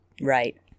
right